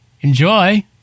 Enjoy